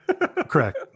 Correct